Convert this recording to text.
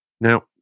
Now